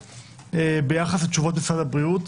ביחס לתשובות משרד הבריאות,